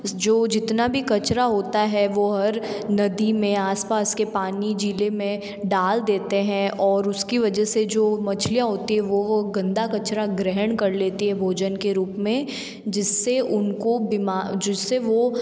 जो जितना भी कचरा होता है वो हर नदी में आस पास के पानी झीलों में डाल देते हैं और उस की वजह से जो मछलियाँ होती है वो गंदा कचरा ग्रहण कर लेती हैं भोजन के रूप में जिस से उन को बिमारी जिस से वो